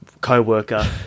co-worker